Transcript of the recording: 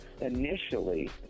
Initially